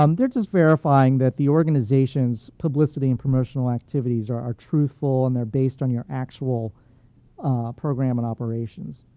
um they're just verifying that the organization's publicity and promotional activities are are truthful and they're based on your actual program and operations.